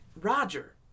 Roger